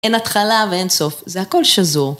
אין התחלה ואין סוף, זה הכל שזור.